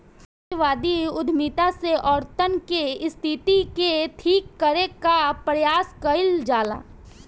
नारीवादी उद्यमिता से औरतन के स्थिति के ठीक करे कअ प्रयास कईल जाला